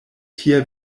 tia